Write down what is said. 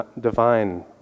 divine